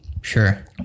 Sure